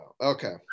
Okay